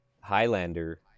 Highlander